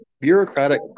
bureaucratic